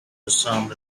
disarmed